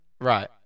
Right